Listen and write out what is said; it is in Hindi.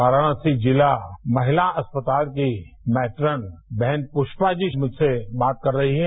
वाराणसी जिला महिला अस्पताल की मैट्रन बहन पुष्पाजी मुझ से बात कर रही हैं